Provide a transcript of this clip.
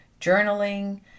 journaling